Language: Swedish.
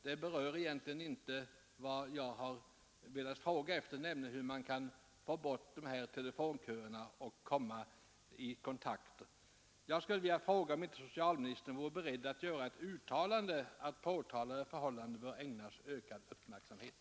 Det berör egentligen inte vad jag har velat fråga efter, nämligen hur man skall få bort telefonköerna. Jag vill fråga om inte socialministern är beredd att göra ett uttalande att påtalade förhållande bör ägnas ökad uppmärksamhet.